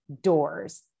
doors